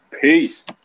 peace